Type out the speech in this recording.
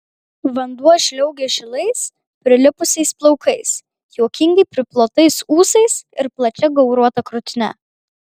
vanduo žliaugė žilais prilipusiais plaukais juokingai priplotais ūsais ir plačia gauruota krūtine